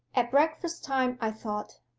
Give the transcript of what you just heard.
at breakfast-time i thought,